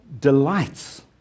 delights